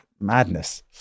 madness